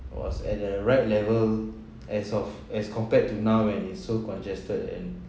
was at the right level as of as compared to now when it's so congested and